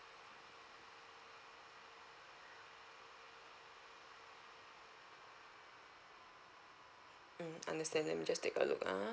mm understand let me just take a look ah